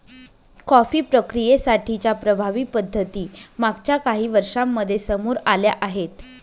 coffee प्रक्रियेसाठी च्या प्रभावी पद्धती मागच्या काही वर्षांमध्ये समोर आल्या आहेत